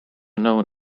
known